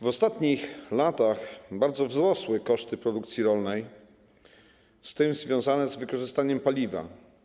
W ostatnich latach bardzo wzrosły koszty produkcji rolnej, w tym związane z wykorzystaniem paliwa.